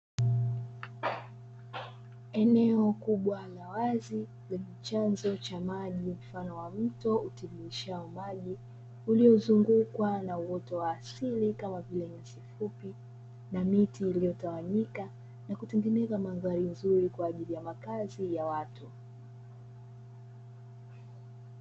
Eneo kubwa la wazi lenye chanzo cha maji mfano wa mto utirishao maji, uliozungukwa na uoto wa asili kama vile nyasi fupi na miti iliyotawanyika na kutengeneza mandhari nzuri kwa ajili ya makazi ya watu.